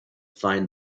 find